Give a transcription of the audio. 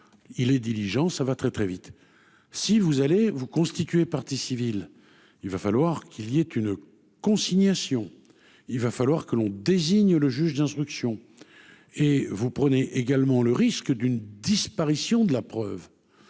il les diligences, ça va très très vite, si vous allez vous constituer partie civile, il va falloir qu'il y ait une consignation, il va falloir que l'on désigne le juge d'instruction et vous prenez également le risque d'une disparition de la preuve,